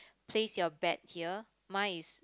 place your bet here mine is